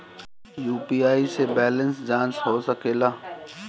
UPI से balance जाँच हो सके ला?